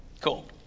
Cool